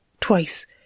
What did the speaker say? twice